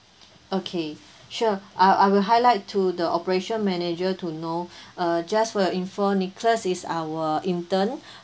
okay sure I I will highlight to the operation manager to know uh just for your info nicholas is our intern